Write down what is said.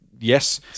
yes